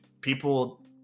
people